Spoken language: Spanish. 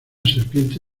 serpiente